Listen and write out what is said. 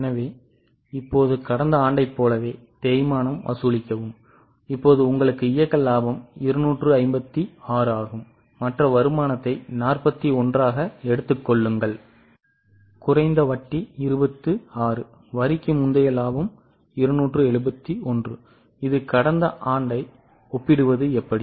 எனவே இப்போது கடந்த ஆண்டைப் போலவே தேய்மானம் வசூலிக்கவும் இப்போது உங்களுக்கு இயக்க லாபம் 256 ஆகும் மற்ற வருமானத்தை 41 ஆக எடுத்துக் கொள்ளுங்கள் குறைந்த வட்டி 26 வரிக்கு முந்தைய லாபம் 271 இது கடந்த ஆண்டை ஒப்பிடுவது எப்படி